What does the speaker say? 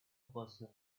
person